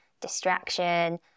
distraction